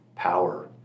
Power